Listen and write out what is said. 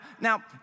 now